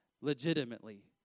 legitimately